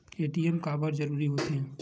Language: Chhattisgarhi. ए.टी.एम काबर जरूरी हो थे?